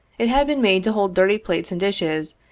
it had been made to hold dirty plates and dishes,